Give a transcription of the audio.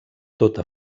tota